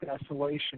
desolation